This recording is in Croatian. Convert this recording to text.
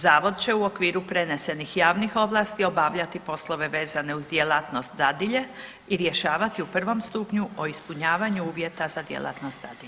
Zavod će u okviru prenesenih javnih ovlasti obavljati poslove vezane uz djelatnost dadilje i rješavati u prvom stupnju o ispunjavanju uvjeta za djelatnost dadilja.